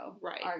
Right